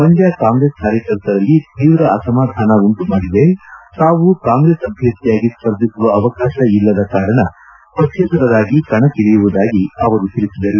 ಮಂಡ್ಕ ಕಾಂಗ್ರೆಸ್ ಕಾರ್ಯಕರ್ತರಲ್ಲಿ ತೀವ್ರ ಅಸಮಾಧಾನ ಉಂಟು ಮಾಡಿದೆ ತಾವು ಕಾಂಗ್ರೆಸ್ ಅಭ್ಯರ್ಥಿಯಾಗಿ ಸ್ಪರ್ಧಿಸುವ ಅವಕಾಶ ಇಲ್ಲದ ಕಾರಣ ಪಕ್ಷೇತರರಾಗಿ ಕಣಕ್ಕಿಳಿಯುವುದಾಗಿ ಅವರು ತಿಳಿಸಿದರು